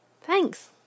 Thanks